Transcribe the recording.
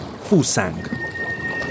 Fusang